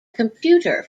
computer